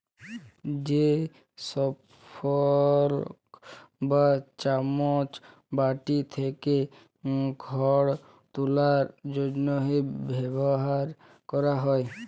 যে ফরক বা চামচ মাটি থ্যাকে খড় তুলার জ্যনহে ব্যাভার ক্যরা হয়